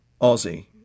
Aussie